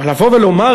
אבל לבוא ולומר,